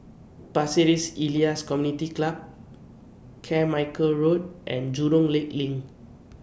Pasir Ris Elias Community Club Carmichael Road and Jurong Lake Lane